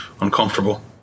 uncomfortable